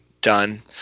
done